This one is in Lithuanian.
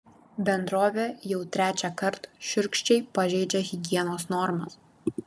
bendrovė jau trečiąkart šiurkščiai pažeidžia higienos normas